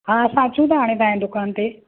हा असां अचूं था हाणे तव्हांजे दुकान ते